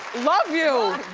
love you!